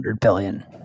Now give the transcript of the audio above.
billion